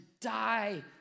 die